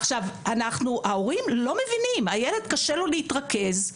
עכשיו ההורים לא מבינים הילד קשה לו להתרכז,